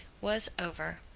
was over.